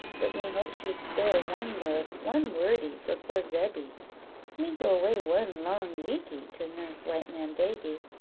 but me hopes you spare one look, one wordy, for poor zebby me go away one long weeky, to nurse white man baby,